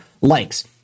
likes